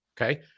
Okay